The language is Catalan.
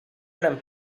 eren